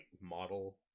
model